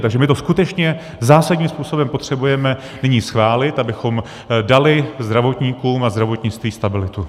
Takže my to skutečně zásadním způsobem potřebujeme nyní schválit, abychom dali zdravotníkům a zdravotnictví stabilitu.